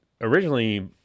Originally